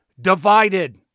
divided